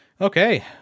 Okay